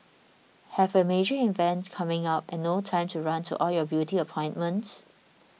have a major event coming up and no time to run to all your beauty appointments